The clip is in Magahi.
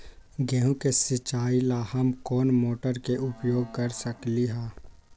गेंहू के सिचाई ला हम कोंन मोटर के उपयोग कर सकली ह?